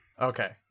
Okay